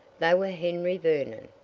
they were henry vernon,